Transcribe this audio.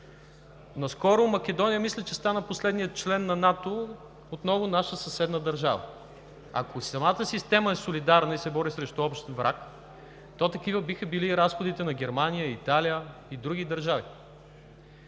наскоро Македония стана последният член на НАТО – отново наша съседна държава. Ако самата система е солидарна и се бори срещу общ враг, то такива биха били и разходите на Германия, Италия и други държави.